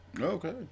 okay